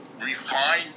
refine